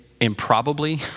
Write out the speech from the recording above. improbably